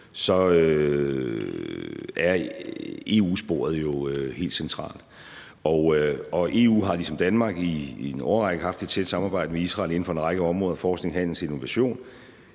om, at EU-sporet er helt centralt. Og EU har ligesom Danmark i en årrække haft et tæt samarbejde med Israel inden for en række områder: forskning, handel, innovation.